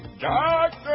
doctor